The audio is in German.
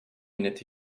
nette